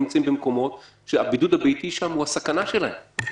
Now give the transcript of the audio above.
נמצאים במקומות שהבידוד הביתי שם הוא הסכנה שלהם.